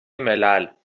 ملل